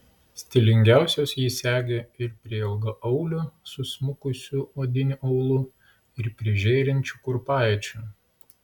stilingiausios jį segi ir prie ilgaaulių susmukusiu odiniu aulu ir prie žėrinčių kurpaičių